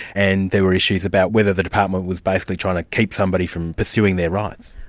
and there were issues about whether the department was basically trying to keep somebody from pursuing their rights.